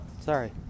Sorry